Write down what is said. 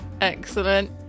Excellent